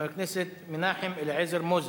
חבר הכנסת מנחם אליעזר מוזס.